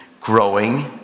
growing